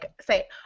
say